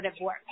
work